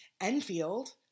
Enfield